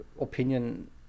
opinion